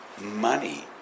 money